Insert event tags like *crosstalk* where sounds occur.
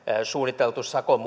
suunniteltu sakon *unintelligible*